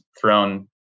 thrown